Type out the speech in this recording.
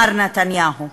מר נתניהו.